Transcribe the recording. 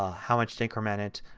ah how much to increment it,